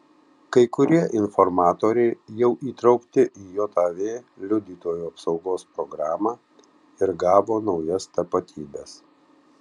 kai kurie informatoriai jau įtraukti į jav liudytojų apsaugos programą ir gavo naujas tapatybes